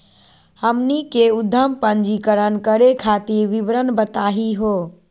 हमनी के उद्यम पंजीकरण करे खातीर विवरण बताही हो?